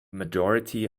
majority